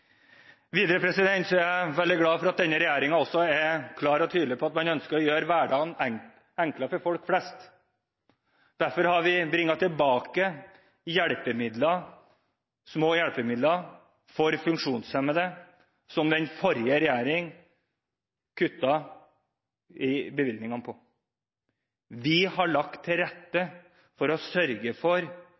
Videre er jeg veldig glad for at denne regjeringen også er klar og tydelig på at man ønsker å gjøre hverdagen enklere for folk flest. Derfor har vi brakt tilbake små hjelpemidler for funksjonshemmede som den forrige regjeringen kuttet i bevilgningene til. Vi har lagt til rette for